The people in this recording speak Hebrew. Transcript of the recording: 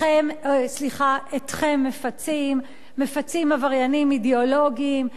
אתכם מפצים, מפצים עבריינים אידיאולוגיים.